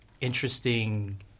interesting